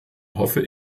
hoffe